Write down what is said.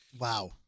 Wow